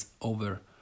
over